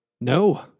No